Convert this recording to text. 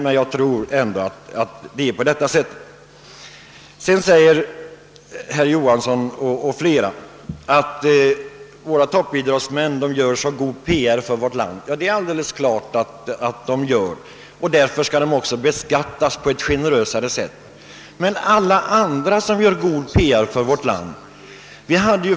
Herr Johansson i Växjö och andra framhåller att toppidrottsmännen gör mycket god PR för vårt land — det är alldeles riktigt — och därför borde beskattas på ett generösare sätt. Men det finns många andra som gör en god PR för vårt land.